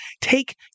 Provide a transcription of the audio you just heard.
take